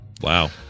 Wow